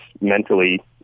mentally